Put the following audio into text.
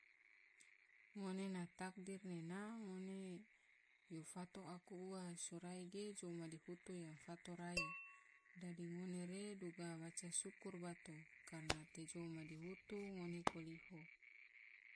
Ngone na takdir nena ngone yo fato aku ua, sorai ge jou madihutu yo fato rai, dadi ngone re duga waca sukur bato karana te jou madihutu ngone koliho.